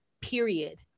period